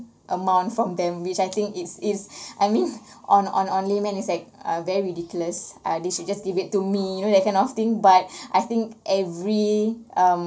amount from them which I think is is I mean on on on layman is ac~ uh very ridiculous that they should just give it to me you know that kind of thing but I think every um